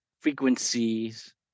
frequencies